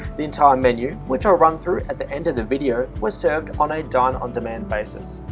the entire menu, which i'll run through at the end of the video was served on a dine on demand basis.